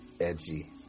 edgy